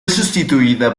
sustituida